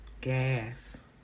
gas